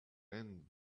end